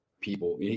people